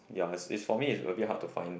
ya is is for me is a bit hard to find